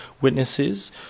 witnesses